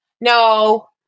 No